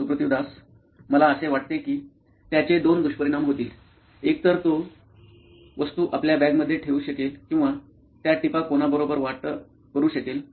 Suprativ Das CTO नॉइन electronics मला असे वाटते की त्याचे दोन दुष्परिणाम होतील एकतर तो वस्तू आपल्या बॅग मध्ये ठेवू शकेल किंवा त्या टिपा कोणाबरोबर वाटप करु शकेल